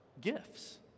gifts